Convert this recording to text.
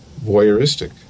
voyeuristic